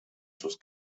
sus